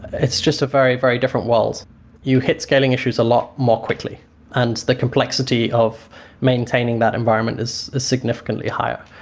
it's just a very, very different world you hit scaling issues a lot more quickly and the complexity of maintaining that environment is significantly higher.